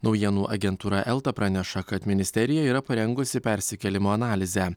naujienų agentūra elta praneša kad ministerija yra parengusi persikėlimo analizę